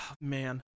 man